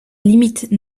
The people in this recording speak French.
limite